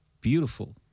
beautiful